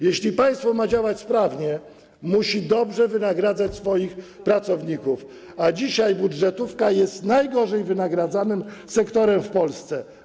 Jeśli państwo ma działać sprawnie, musi dobrze wynagradzać swoich pracowników, a dzisiaj budżetówka jest najgorzej wynagradzanym sektorem w Polsce.